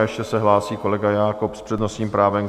A ještě se hlásí kolega Jakob s přednostním právem.